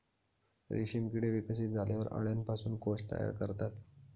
रेशीम किडे विकसित झाल्यावर अळ्यांपासून कोश तयार करतात